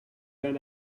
ran